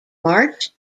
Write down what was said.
march